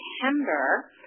September